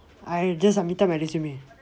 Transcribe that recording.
I just submitted my resume